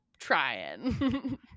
trying